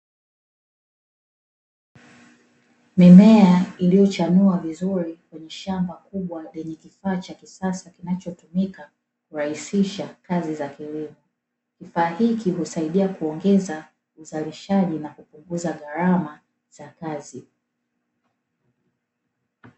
Mimea iliyo chanua vizuri katika shamba kubwa kwa wmashine nzuri ya kisasa, kinachotumika kurahisisha kazi za kilimo , kifaa hiki husaidia kuongeza uzalishaji na kuongeza uzalishaji na kupunguza garama za uendeshaji.